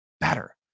better